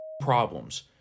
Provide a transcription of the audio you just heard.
problems